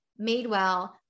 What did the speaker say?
Madewell